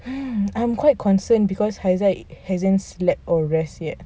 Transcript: mm I'm quite concerned because haizat haven't slept or rest yet